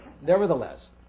Nevertheless